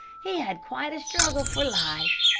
he had quite a struggle for life.